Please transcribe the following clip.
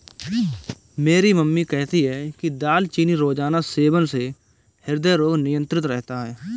मेरी मम्मी कहती है कि दालचीनी रोजाना सेवन से हृदय रोग नियंत्रित रहता है